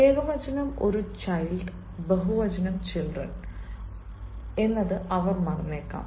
ഏകവചനം ഒരു ചൈൽഡ് ബഹുവചനം ചിൽഡ്രൺ അവർ മറന്നേക്കാം